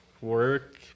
Work